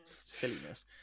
Silliness